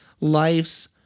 life's